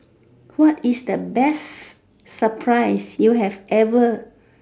what is the best surprise you have ever